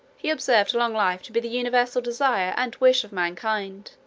he observed long life to be the universal desire and wish of mankind.